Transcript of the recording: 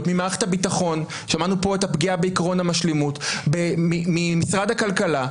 ממערכת הביטחון שמענו פה על הפגיעה בעקרון המשלימות ממשרד הכלכלה,